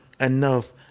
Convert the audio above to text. enough